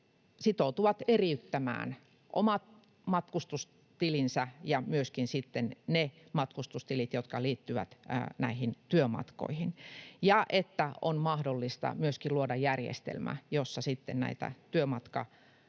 sitoutuvat eriyttämään omat matkustustilinsä ja myöskin ne matkustustilit, jotka liittyvät työmatkoihin, ja jossa on mahdollista myöskin luoda järjestelmä, jossa sitten näitä työmatkapisteitä